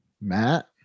matt